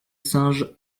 singe